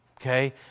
Okay